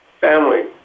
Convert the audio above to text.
family